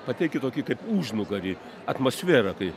pateiki tokį kaip užnugarį atmosferą kai